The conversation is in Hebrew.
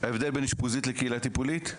ההבדל בין אשפוזית וקהילה טיפולית?